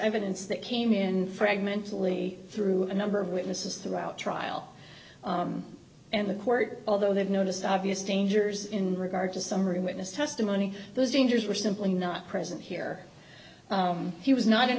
evidence that came in fragments only through a number of witnesses throughout trial and the court although they have noticed obvious dangers in regard to summary witness testimony those dangers were simply not present here he was not an